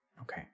Okay